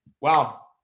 Wow